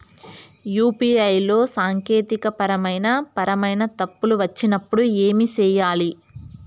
UPI లో సాంకేతికపరమైన పరమైన తప్పులు వచ్చినప్పుడు ఏమి సేయాలి